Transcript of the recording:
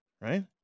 right